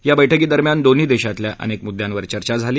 या बैठकी दरम्यान दोन्ही देशातल्या अनेक मुद्द्यांवर चर्चा झाली